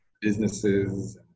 businesses